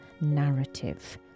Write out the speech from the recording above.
narrative